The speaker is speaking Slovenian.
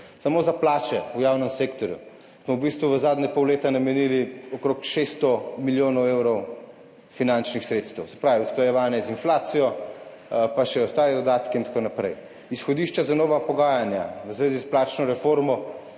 Samo za plače v javnem sektorju smo v bistvu v zadnje pol leta namenili okrog 600 milijonov evrov finančnih sredstev. Se pravi, usklajevanje z inflacijo, pa še ostali dodatki in tako naprej. Izhodišča za nova pogajanja v zvezi s plačno reformo